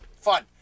Fun